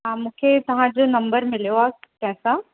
हा मूंखे तव्हांजो नम्बर मिलियो आहे कंहिं सां